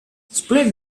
split